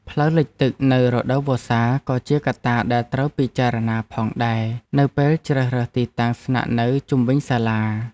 ផ្លូវលិចទឹកនៅរដូវវស្សាក៏ជាកត្តាដែលត្រូវពិចារណាផងដែរនៅពេលជ្រើសរើសទីតាំងស្នាក់នៅជុំវិញសាលា។